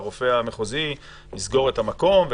הרופא המחוזי יסגור את המקום?